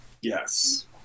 Yes